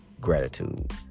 gratitude